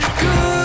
good